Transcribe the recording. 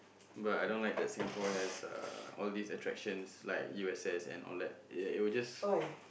but I don't like that Singapore has uh all these attraction like U_S_S and all that like it will just